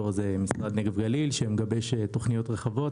זה משרד נגב גליל שמגבש תכניות רחבות,